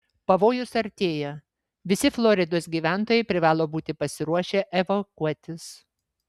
pavojus artėja visi floridos gyventojai privalo būti pasiruošę evakuotis